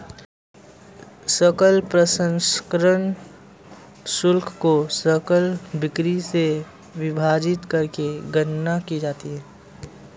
सकल प्रसंस्करण शुल्क को सकल बिक्री से विभाजित करके गणना की जाती है